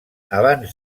abans